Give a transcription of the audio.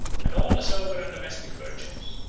and all the sober and domestic virtues.